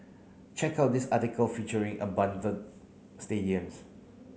check out this article featuring abundant stadiums